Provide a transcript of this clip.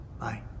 bye